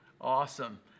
Awesome